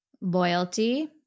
loyalty